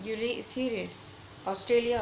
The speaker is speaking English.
you are serious